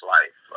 Life